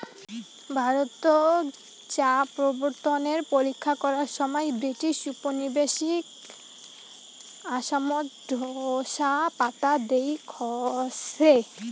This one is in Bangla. ভারতত চা প্রবর্তনের পরীক্ষা করার সমাই ব্রিটিশ উপনিবেশিক আসামত ঢোসা পাতা দেইখছে